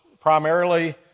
Primarily